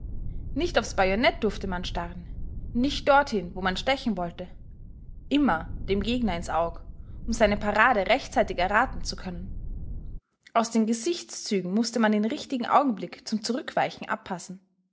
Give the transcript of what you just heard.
nicht aufs bajonett durfte man starren nicht dorthin wohin man stechen wollte immer dem gegner ins aug um seine parade rechtzeitig erraten zu können aus den gesichtszügen mußte man den richtigen augenblick zum zurückweichen abpassen